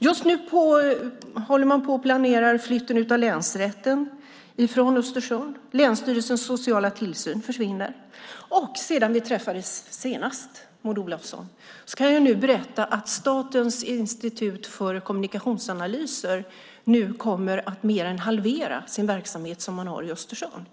Just nu planeras flytten av länsrätten från Östersund. Länsstyrelsens sociala tillsyn försvinner. Sedan vi träffades senast, Maud Olofsson, kan jag berätta att Statens institut för kommunikationsanalys kommer att mer än halvera sin verksamhet i Östersund.